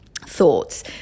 thoughts